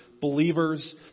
believers